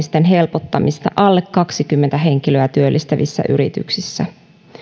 irtisanomisten helpottamista alle kaksikymmentä henkilöä työllistävissä yrityksissä